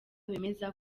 bemeza